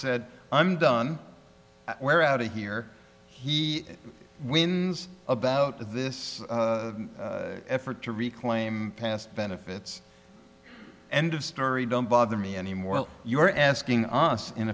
said i'm done we're out here he wins about this effort to reclaim past benefits end of story don't bother me anymore you're asking us in